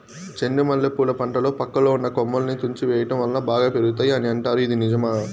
చెండు మల్లె పూల పంటలో పక్కలో ఉన్న కొమ్మలని తుంచి వేయటం వలన బాగా పెరుగుతాయి అని అంటారు ఇది నిజమా?